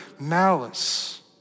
malice